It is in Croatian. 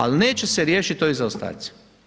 Ali, neće se riješiti ovi zaostaci.